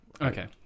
Okay